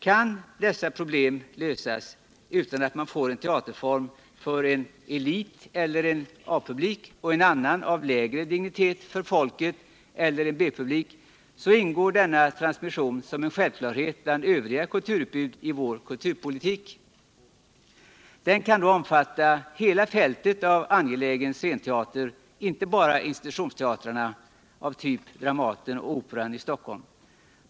Kan dessa problem lösas utan att man får en teaterform för en ”elit” eller en A-publik, och en annan av lägre dignitet för ”folket” eller en B-publik, så ingår denna transmission som en självklarhet bland övriga kulturutbud i vår kulturpolitik. Den kan då omfatta hela fältet av angelägen scenteater, inte bara institutionsteatrar av typ. Dramaten och Operan i Stockholm.